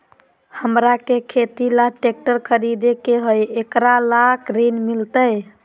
हमरा के खेती ला ट्रैक्टर खरीदे के हई, एकरा ला ऋण मिलतई?